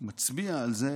שמצביע על זה